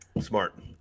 Smart